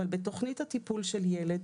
אבל בתוכנית הטיפול של ילד,